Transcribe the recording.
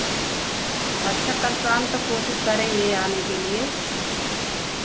अच्छा कल शाम तक कोशिश करेंगे आने के लिए